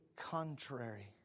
contrary